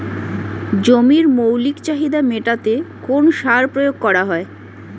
জমির মৌলিক চাহিদা মেটাতে কোন সার প্রয়োগ করা হয়?